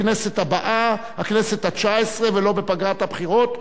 בכנסת הבאה, הכנסת התשע-עשרה, ולא בפגרת הבחירות.